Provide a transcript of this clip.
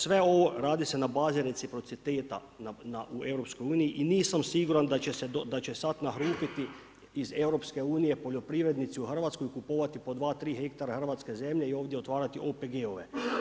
Sve ovo radi se na bazi reciprociteta u EU i nisam siguran da će sada nahrupiti iz EU poljoprivrednici u Hrvatsku i kupovati dva, tri hektara hrvatske zemlje i ovdje otvarati OPG-ove.